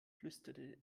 flüsterte